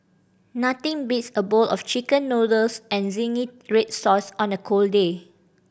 nothing beats a bowl of Chicken Noodles and zingy red sauce on a cold day